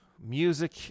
music